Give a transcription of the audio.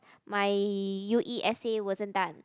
my u_e essay wasn't done